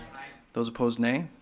those opposed, nay.